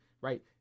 right